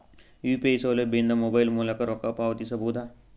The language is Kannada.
ಯು.ಪಿ.ಐ ಸೌಲಭ್ಯ ಇಂದ ಮೊಬೈಲ್ ಮೂಲಕ ರೊಕ್ಕ ಪಾವತಿಸ ಬಹುದಾ?